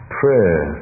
prayer